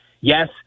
yes